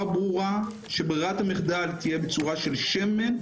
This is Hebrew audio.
ברורה שברירת המחדל תהיה בצורה של שמן,